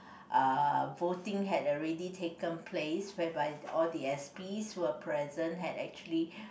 uh voting had already taken place whereby all the s_p were present had actually